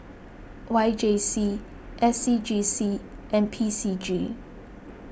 Y J C S C G C and P C G